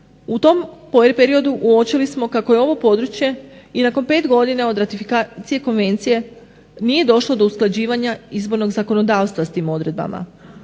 u tom periodu uočili smo kako je ovo područje i nakon 5 godina od ratifikacije Konvencije nije došlo do usklađivanja izbornog zakonodavstva s tim odredbama.